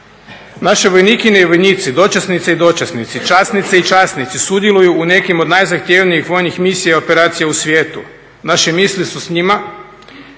Naše vojnikinje i vojnici, dočasnice i dočasnici, časnice i časnici, sudjeluju u nekim od najzahtjevnijih vojnih misija i operacija u svijetu. Naše misli su s njima